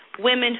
Women